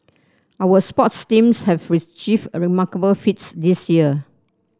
our sports teams have achieved remarkable feats this year